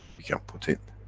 you can put in.